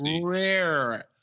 rare